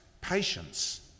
patience